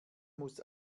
muss